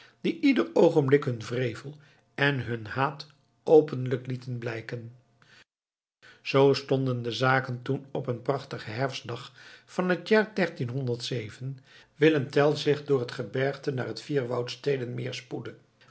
die ieder oogenblik hun wrevel en hun haat openlijk lieten blijken zoo stonden de zaken toen op een prachtigen herfstdag van het jaar willem tell zich door het gebergte naar het vier woudsteden meer spoedde